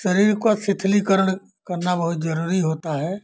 शरीर का सिथलीकरण करना बहुत ज़रूरी होता है